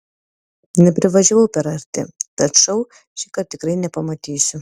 neprivažiavau per arti tad šou šįkart tikrai nepamatysiu